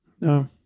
No